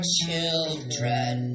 children